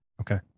Okay